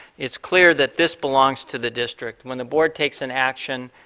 is clear that this belongs to the district. when the board takes an action,